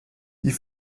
die